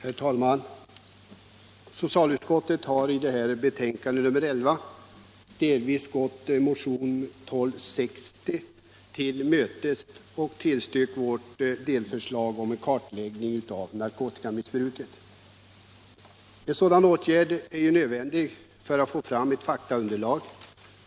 Herr talman! Socialutskottet har i sitt betänkande nr 11 delvis tillmötesgått kraven i motion 1260 av mig och Carl-Eric Lundgren genom att tillstyrka vårt delförslag om en kartläggning av narkotikamissbruket. En sådan åtgärd är ju nödvändig för att få fram ett faktaunderlag